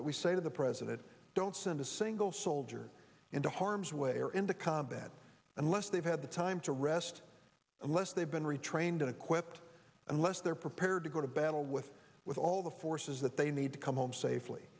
that we say to the president don't send a single soldier into harm's way or into combat unless they've had the time to rest unless they've been retrained and equipped unless they're prepared to go to battle with with all the forces that they need to come home safely